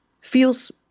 Feels